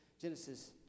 Genesis